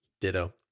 Ditto